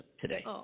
today